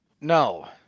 no